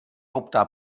optar